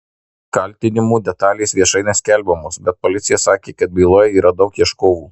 kaltinimų detalės viešai neskelbiamos bet policija sakė kad byloje yra daug ieškovų